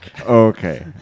Okay